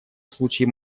случае